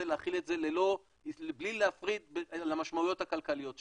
להחיל את זה בלי להפריד למשמעויות הכלכליות שלו,